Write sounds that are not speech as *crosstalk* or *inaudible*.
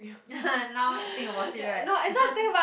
*laughs* now think about it right *laughs*